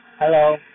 Hello